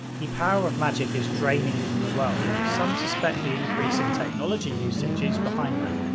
the power of magick is draining from the world and some suspect the increase in technology usage is behind that.